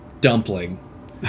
dumpling